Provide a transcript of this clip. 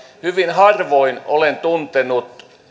hyvin harvoin olen tuntenut